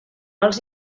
els